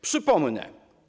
Przypomnę.